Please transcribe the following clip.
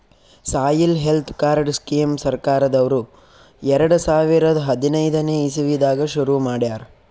soil health card scheme ಸರ್ಕಾರ್ದವ್ರು ಎರಡ ಸಾವಿರದ್ ಹದನೈದನೆ ಇಸವಿದಾಗ ಶುರು ಮಾಡ್ಯಾರ್